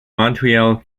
montreal